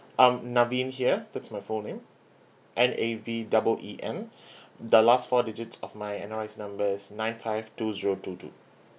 um naveen here that's my full name N A V double E N the last four digits of my N_R_I_C number is nine five two zero two two